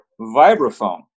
vibraphone